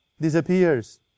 disappears